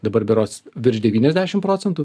dabar berods virš devyniasdešim procentų